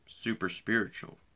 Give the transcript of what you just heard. super-spiritual